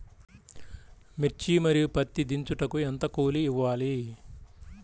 మిర్చి మరియు పత్తి దించుటకు ఎంత కూలి ఇవ్వాలి?